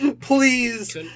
Please